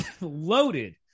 loaded